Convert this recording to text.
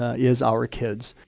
is our kids.